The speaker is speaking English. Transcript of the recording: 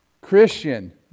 Christian